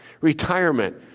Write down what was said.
Retirement